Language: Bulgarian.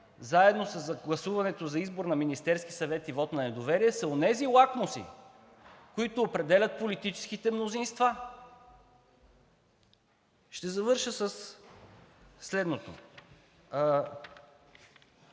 заедно с гласуването за избор на Министерския съвет и вота на недоверие са онези лакмуси, които определят политическите мнозинства. Ще завърша със следното: